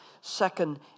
second